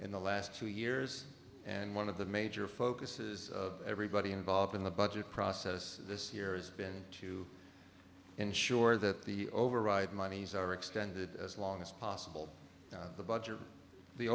in the last two years and one of the major focuses of everybody involved in the budget process this year is been to ensure that the override monies are extended as long as possible the budget the